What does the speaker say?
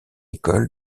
école